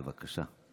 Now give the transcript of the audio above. בבקשה.